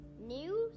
News